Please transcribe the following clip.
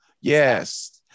Yes